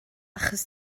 achos